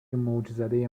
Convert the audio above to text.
موجزده